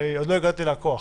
ועוד לא הגעתי לכוח.